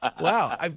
Wow